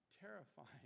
terrifying